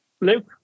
Luke